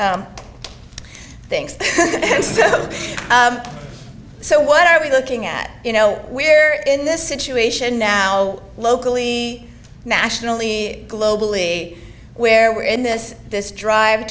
things so what are we looking at you know where in this situation now locally nationally globally where we're in this this drive